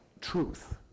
truth